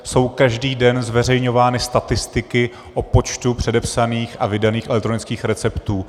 jsou každý den zveřejňovány statistiky o počtu předepsaných a vydaných elektronických receptů.